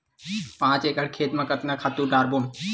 पांच एकड़ खेत म कतका खातु डारबोन?